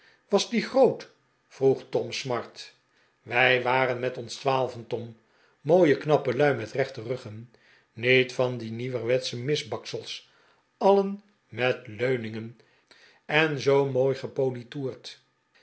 was die groot vroeg tom smart wij waren met ons twaalven tom mooie knappe lui met rechte ruggen niet van die nieuwerwetsche misbaksels alien met leuningen en zoo mooi